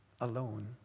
alone